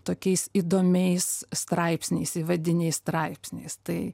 tokiais įdomiais straipsniais įvadiniais straipsniais tai